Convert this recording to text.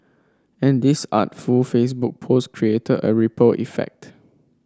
and this artful Facebook post created a ripple effect